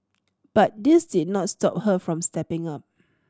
but this did not stop her from stepping up